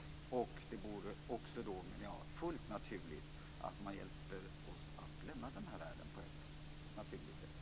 Därför menar jag att det vore fullt naturligt att de också hjälper oss att lämna den här världen på ett naturligt sätt.